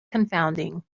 confounding